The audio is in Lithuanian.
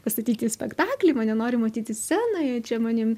pastatyti spektaklį mane nori matyti scenoje čia manim